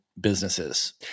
businesses